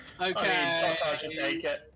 Okay